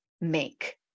make